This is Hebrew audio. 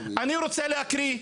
אני רוצה להקריא,